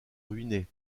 ruinée